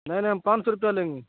نہیں نہیں ہم پان سو روپیہ لیں گے